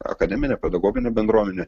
akademine pedagogine bendruomene